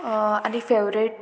आनी फेवरेट